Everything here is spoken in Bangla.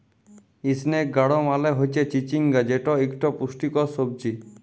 ইসনেক গাড় মালে হচ্যে চিচিঙ্গা যেট ইকট পুষ্টিকর সবজি